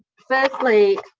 firstly,